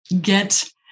get